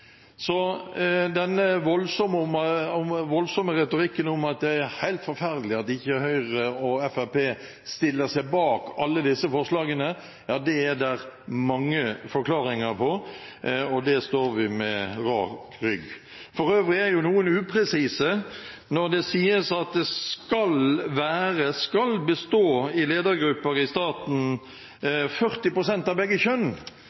den voldsomme retorikken om at det er helt forferdelig at Høyre og Fremskrittspartiet ikke stiller seg bak alle disse forslagene: Det er det mange forklaringer på, og der står vi med rak rygg. For øvrig er noen upresise. Når det sies at ledergrupper i staten skal bestå av «40 prosent av begge kjønn»,